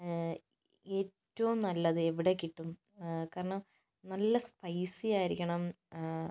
ഏറ്റവും നല്ലത് എവിടെ കിട്ടും കാരണം നല്ല സ്പൈസി ആയിരിക്കണം